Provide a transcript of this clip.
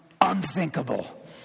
unthinkable